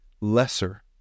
lesser